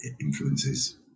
influences